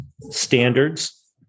standards